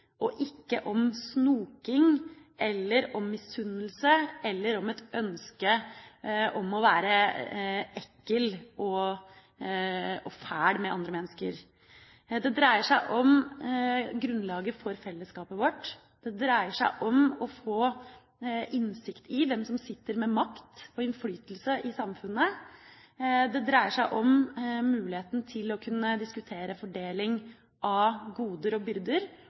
og ikke om snoking, misunnelse eller et ønske om å være ekkel og fæl mot andre mennesker. Det dreier seg om grunnlaget for fellesskapet vårt. Det dreier seg om å få innsikt i hvem som sitter med makt og innflytelse i samfunnet. Det dreier seg om muligheten til å kunne diskutere fordeling av goder og byrder